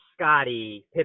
Scotty